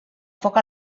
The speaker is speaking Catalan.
foc